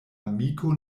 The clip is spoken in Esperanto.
amiko